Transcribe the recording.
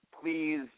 please